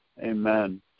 Amen